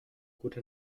gute